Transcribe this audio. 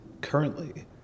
currently